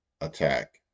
attack